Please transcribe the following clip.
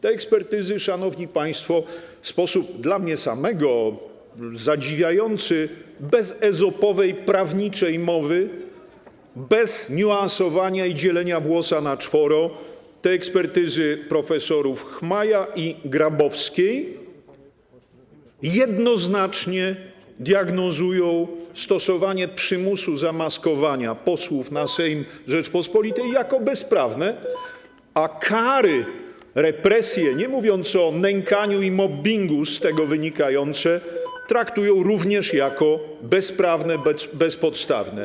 Te ekspertyzy, szanowni państwo, w sposób dla mnie samego zadziwiający, bez ezopowej prawniczej mowy, bez niuansowania i dzielenia włosa na czworo, te ekspertyzy profesorów Chmaja i Grabowskiej jednoznacznie diagnozują stosowanie przymusu zamaskowania posłów na Sejm Rzeczypospolitej jako bezprawne, a kary, represje, nie mówiąc o nękaniu i mobbingu, z tego wynikające traktują również jako bezprawne, bezpodstawne.